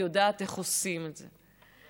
ויודעת איך עושים את זה.